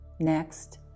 Next